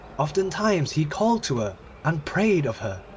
oftentimes he called to her and prayed of her,